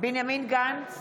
בנימין גנץ,